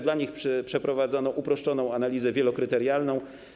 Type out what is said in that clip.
Dla nich przeprowadzono uproszczoną analizę wielokryterialną.